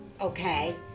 okay